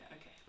okay